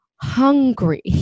Hungry